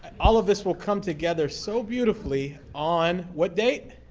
all of this will come together so beautifully on, what date?